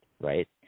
right